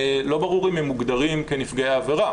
לא ברור אם הם מוגדרים כנפגעי עבירה,